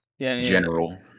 general